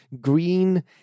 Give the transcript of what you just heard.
green